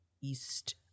East